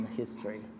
history